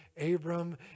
Abram